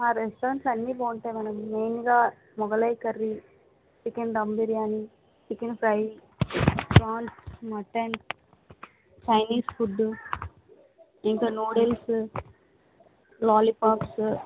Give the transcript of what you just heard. మా రెస్టారెంట్స్ అన్ని బాగుంటాయి మేడం మెయిన్ గా Mughlai curry chicken dum biryani chicken fry prawns mutton Chinese food ఇంక నూడిల్స్ లాలీపాప్స్